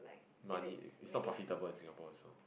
money is not profitable in Singapore also